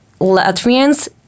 Latvians